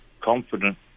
confident